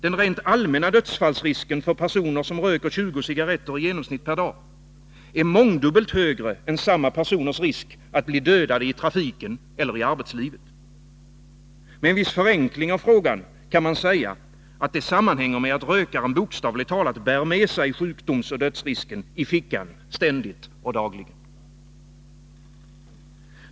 Den rent allmänna dödsfallsrisken för personer som röker 20 cigaretter i genomsnitt per dag är mångdubbelt högre än samma personers risk att bli dödade i trafiken eller arbetslivet. Med en viss förenkling av frågan kan man säga att det sammanhänger med att rökaren bokstavligt talat bär med sig sjukdomsoch dödsrisken i fickan ständigt och dagligen.